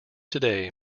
today